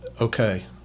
okay